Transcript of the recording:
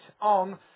on